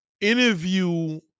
interview